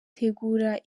tegura